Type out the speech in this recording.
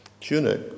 tunic